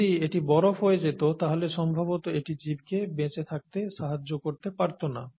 যদি এটি বরফ হয়ে যেত তাহলে সম্ভবত এটি জীবকে বেঁচে থাকতে সাহায্য করতে পারত না